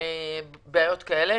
בעיות כאלה.